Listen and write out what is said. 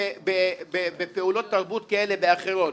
בפעולות תרבות כאלה ואחרות.